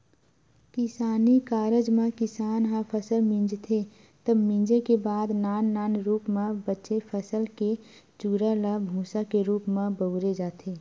किसानी कारज म किसान ह फसल मिंजथे तब मिंजे के बाद नान नान रूप म बचे फसल के चूरा ल भूंसा के रूप म बउरे जाथे